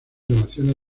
relaciones